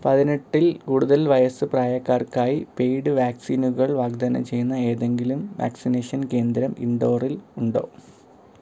പതിനെട്ടിൽ കൂടുതൽ വയസ്സ് പ്രായക്കാർക്കായി പെയ്ഡ് വാക്സിനുകൾ വാഗ്ദാനം ചെയ്യുന്ന ഏതെങ്കിലും വാക്സിനേഷൻ കേന്ദ്രം ഇൻഡോറിൽ ഉണ്ടോ